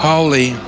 Holy